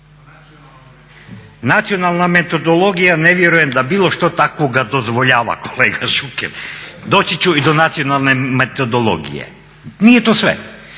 Nacionalna metodologija ne vjerujem da bilo što takvoga dozvoljava kolega Šuker. Doći ću i do nacionalne metodologije. Nije to sve.